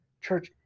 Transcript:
Church